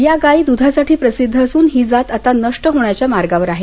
या गाई दुधासाठी प्रसिध्द असून ही जात आता नष्ट होण्याच्या मार्गावर आहे